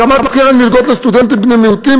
הקמת קרן מלגות לסטודנטים בני מיעוטים,